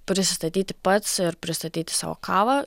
prisistatyti pats ir pristatyti savo kavą